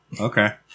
Okay